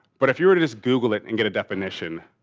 but if you were to just google it and get a definition,